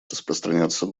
распространяться